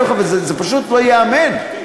זה פשוט לא ייאמן.